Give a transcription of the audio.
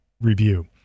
review